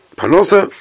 panosa